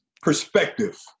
perspective